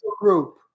group